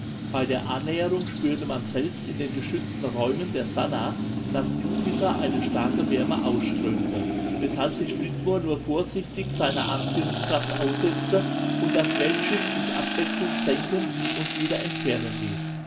bei der annäherung spürte man selbst in den geschützten räumen der sannah daß jupiter eine starke wärme ausströmte weshalb sich flitmore nur vorsichtig seiner anziehungskraft aussetzte und das weltschiff sich abwechselnd senken und wieder entfernen ließ